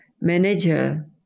manager